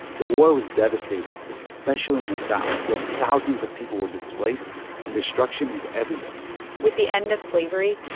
the war was devastating, especially in the south, where thousands of people were displaced and destruction was everywhere with the end of slavery,